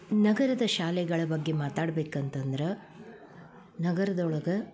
ನಗರದ ಶಾಲೆಗಳ ಬಗ್ಗೆ ಮಾತಾಡ್ಬೇಕಂತಂದ್ರೆ ನಗರದೊಳಗೆ